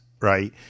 Right